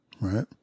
right